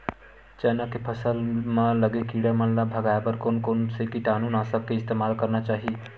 चना के फसल म लगे किड़ा मन ला भगाये बर कोन कोन से कीटानु नाशक के इस्तेमाल करना चाहि?